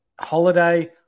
Holiday